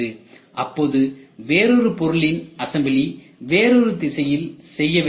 அப்போது வேறொரு பொருளின் அசம்பிளி வேறொரு திசையில் செய்ய வேண்டி இருக்கும்